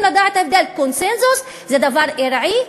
לדעת את ההבדל: קונסנזוס זה דבר ארעי,